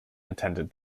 attended